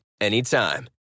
anytime